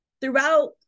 throughout